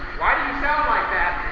why do you sound like that?